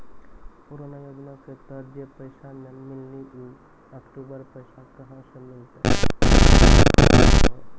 पुराना योजना के तहत जे पैसा नै मिलनी ऊ अक्टूबर पैसा कहां से मिलते बता सके आलू हो?